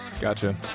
Gotcha